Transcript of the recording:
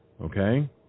okay